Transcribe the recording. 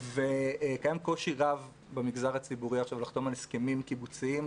וקיים קושי רב במגזר הציבורי עכשיו לחתום על הסכמים קיבוציים,